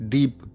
Deep